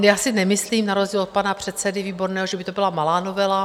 Já si nemyslím, na rozdíl od pana předsedy Výborného, že by to byla malá novela.